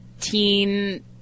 teen